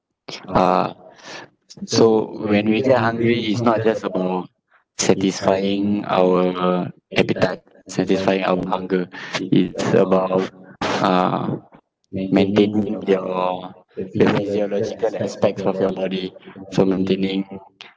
uh s~ so when we get hungry it's not just about satisfying our appetite satisfying our hunger it's about uh maintaining your the physiological aspects of your body so maintaining